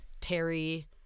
terry